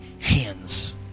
hands